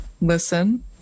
listen